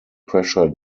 pressure